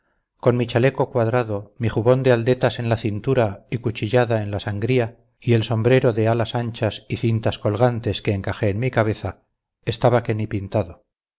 con mi chaleco cuadrado mi jubón de aldetas en la cintura y cuchillada en la sangría y el sombrero de alas anchas y cintas colgantes que encajé en mi cabeza estaba que ni pintado